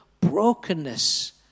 Brokenness